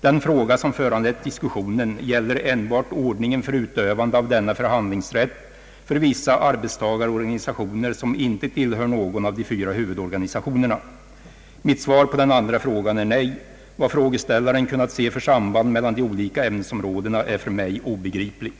Den fråga som föranlett diskussionen gäller enbart ordningen för utövande av denna förhandlingsrätt för vissa arbetstagarorganisationer som inte tillhör någon av de fyra huvudorganisationerna. Mitt svar på den andra frågan är nej. Vad frågeställaren kunnat se för samband mellan de olika ämnesområdena är för mig obegripligt.